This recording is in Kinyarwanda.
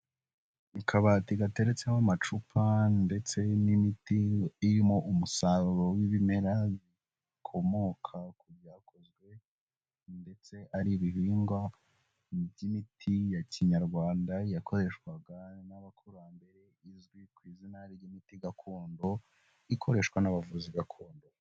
Akabati gateretsemo amacupa ndetse n'imiti irimo umusaruro w'ibimera bikomoka ku byakozwe ndetse ari ibihingwa by'imiti ya kinyarwanda, yakoreshwaga n'abakurambere izwi ku izina ry'imiti gakondo, ikoreshwa n'abavuzi gakondo.